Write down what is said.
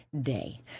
day